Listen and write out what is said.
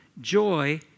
joy